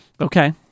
Okay